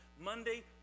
Monday